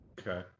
okay